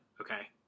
Okay